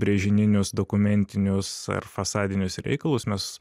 brėžininius dokumentinius ar fasadinius reikalus mes